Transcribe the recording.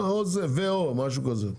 ו/או משהו כזה.